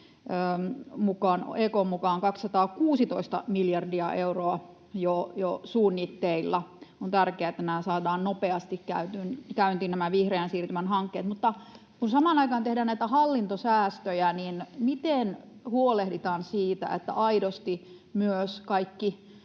EK:n, mukaan 216 miljardia euroa jo suunnitteilla. On tärkeää, että saadaan nopeasti käyntiin nämä vihreän siirtymän hankkeet. Kun samaan aikaan tehdään näitä hallintosäästöjä, niin miten huolehditaan siitä, että aidosti myös kaikki